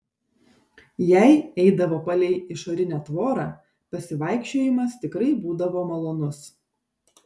jei eidavo palei išorinę tvorą pasivaikščiojimas tikrai būdavo malonus